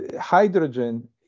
hydrogen